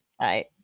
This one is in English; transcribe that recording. Right